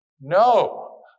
No